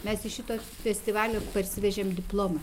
mes iš šito festivalio parsivežėm diplomą